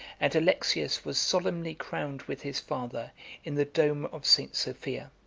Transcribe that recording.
and alexius was solemnly crowned with his father in the dome of st. sophia.